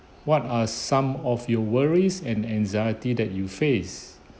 what are some of your worries and anxiety that you face